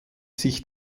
sich